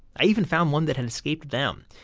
i even found one that had escaped them.